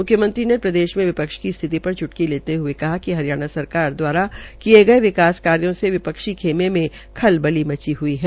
मुख्मयंत्री ने प्रदेश में विपक्ष की स्थिति पर चुटकी लेते हये कहा कि हरियाणा सरकार द्वारा किये गये विकास कार्यो से विपक्षी खेमे मे खलबली मची हुई है